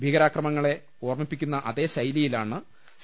ഭീകരാക്രമണങ്ങളെ ഓർമ്മിപ്പിക്കുന്ന അതേശൈലിയിലാണ് സി